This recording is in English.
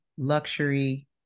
luxury